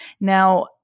Now